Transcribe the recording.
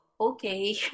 okay